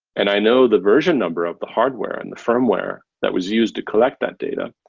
and i know the version number of the hardware and the firmware that was used to collect that data.